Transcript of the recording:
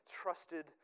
trusted